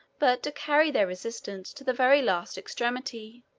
but to carry their resistance to the very last extremity.